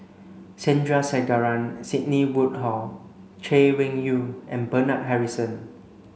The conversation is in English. Sandrasegaran Sidney Woodhull Chay Weng Yew and Bernard Harrison